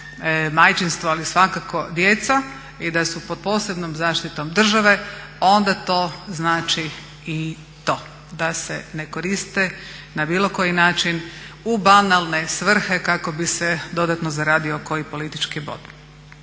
majčinstvo ali svakako djeca i da su pod posebnom zaštitom države onda to znači i to, da se ne koriste na bilo koji način u banalne svrhe kako bi se dodatno zaradio koji politički bod.